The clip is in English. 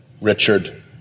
Richard